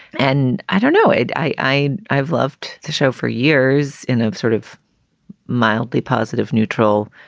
and i don't know it. i i've loved the show for years in a sort of mildly positive, neutral,